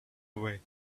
away